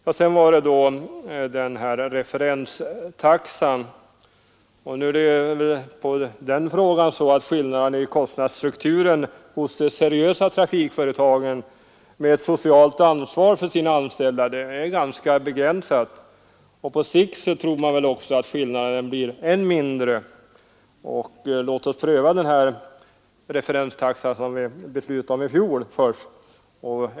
Vad sedan beträffar referenstaxan är skillnaderna i kostnadsstrukturen hos de seriösa trafikföretagen med ett socialt ansvar för sina anställda ganska begränsade. Man tror också att skillnaderna på sikt blir än mindre. Låt oss börja med att pröva den referenstaxa som vi beslutade om i fjol.